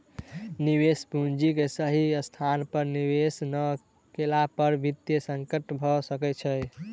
निवेश पूंजी के सही स्थान पर निवेश नै केला पर वित्तीय संकट भ सकै छै